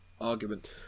argument